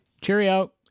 Cheerio